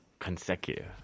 Consecutive